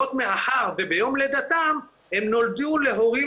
זאת מאחר וביום לידתם הם נולדו להורים